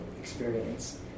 experience